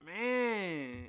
Man